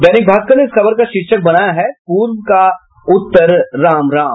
दैनिक भास्कर ने इस खबर का शीर्षक बनाया है पूर्व का उत्तर राम राम